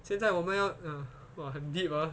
现在我们要 !wah! 很 deep ah